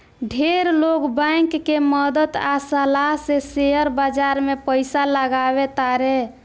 ढेर लोग बैंक के मदद आ सलाह से शेयर बाजार में पइसा लगावे तारे